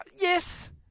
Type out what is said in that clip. yes